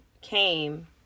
came